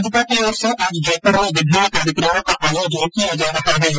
भाजपा की ओर से आज जयपुर में विभिन्न कार्यक्रमों का आयोजन किया जा रहा है